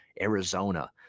Arizona